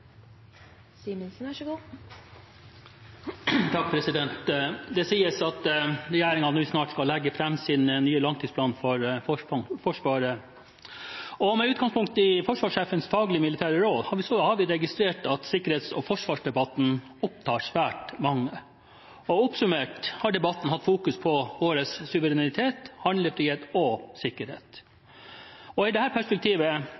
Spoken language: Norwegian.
Det sies at regjeringen nå snart skal legge fram sin nye langtidsplan for Forsvaret. Med utgangspunkt i forsvarssjefens fagmilitære råd har vi så registrert at sikkerhets- og forsvarsdebatten opptar svært mange. Oppsummert har debatten fokusert på vår suverenitet, handlefrihet og sikkerhet. I dette perspektivet